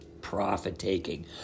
Profit-taking